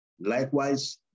Likewise